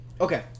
Okay